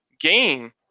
game